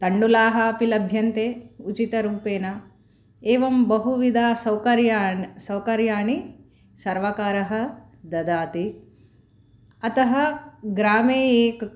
तण्डुलाः अपि लभ्यन्ते उचित रूपेण एवं बहुविध सौकर्याणि सौकर्याणि सर्वकारः ददाति अतः ग्रामे एकः